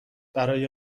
برای